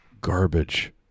garbage